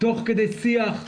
תוך כדי שיח,